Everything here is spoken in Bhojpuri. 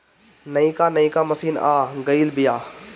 नइका नइका मशीन आ गइल बिआ